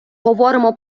говоримо